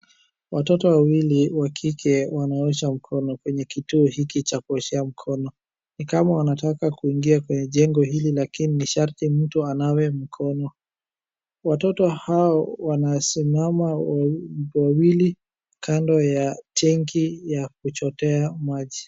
Watoto wawili wa kike wanaosha mkono kwenye kituo hiki cha kuoshea mkono. Ni Kama wanataka kuingia kwenye jengo hili lakini ni sharti mtu anawe mikono. Watoto hao wanasimama wawili kando ya tenki ya kuchotea maji.